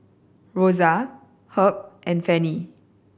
Rosa Herb and Fannie